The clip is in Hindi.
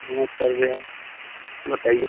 नमस्कार भैया बताईए भैया